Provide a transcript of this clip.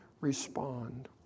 respond